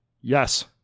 Yes